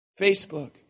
Facebook